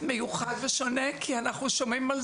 מיוחד ושונה, כי אנחנו שומעים על